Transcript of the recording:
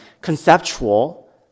conceptual